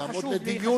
יעמוד לדיון.